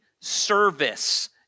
service